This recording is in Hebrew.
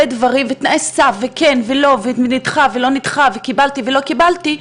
בכלל שאנחנו מכירות ומכירים מהחיים שלנו,